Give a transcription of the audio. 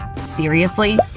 seriously?